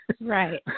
Right